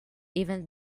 even